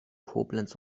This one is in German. koblenz